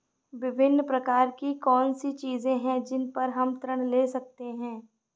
विभिन्न प्रकार की कौन सी चीजें हैं जिन पर हम ऋण ले सकते हैं?